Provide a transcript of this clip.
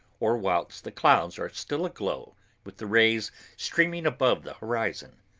or whilst the clouds are still aglow with the rays streaming above the horizon.